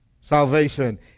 salvation